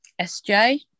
SJ